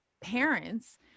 parents